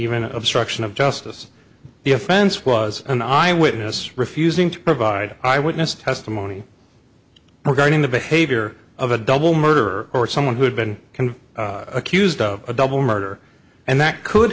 even obstruction of justice the offense was an eyewitness refusing to provide i would miss testimony regarding the behavior of a double murderer or someone who had been can accused of a double murder and that could